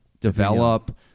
Develop